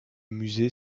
musée